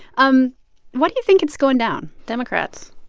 um why do you think it's going down? democrats.